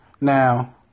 Now